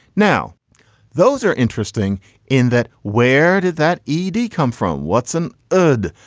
now those are interesting in that. where did that e d come from? watson erd.